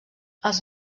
els